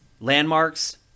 landmarks